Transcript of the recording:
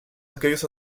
aquellos